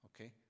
okay